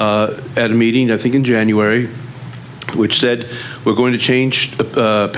at a meeting i think in january which said we're going to change a